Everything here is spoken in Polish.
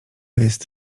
jest